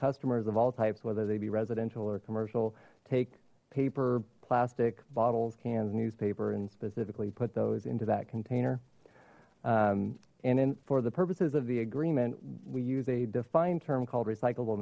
customers of all types whether they be residential or commercial take paper plastic bottles cans newspaper and specifically put those into that container and in for the purposes of the agreement we use a defined term called recycl